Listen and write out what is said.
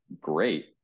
great